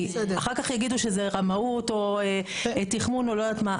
כי אחר כך יגידו שזה רמאות או תחמון או לא יודעת מה.